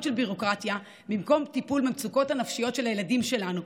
של ביורוקרטיה במקום טיפול במצוקות הנפשיות של הילדים שלנו,